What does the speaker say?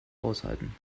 aushalten